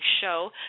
show